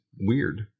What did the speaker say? weird